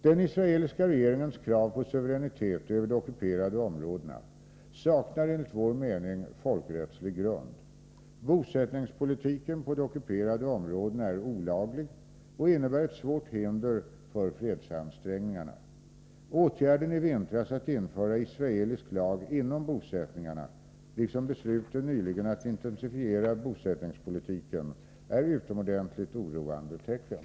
Den israeliska regeringens krav på suveränitet över de ockuperade områdena saknar enligt vår mening folkrättslig grund. Bosättningspolitiken på de ockuperade områdena är olaglig och innebär ett svårt hinder för fredsansträngningarna. Åtgärden i vintras att införa israelisk lag inom bosättningarna liksom besluten nyligen att intensifiera bosättningspolitiken är utomordentligt oroande tecken.